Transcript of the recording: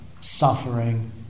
suffering